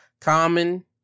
common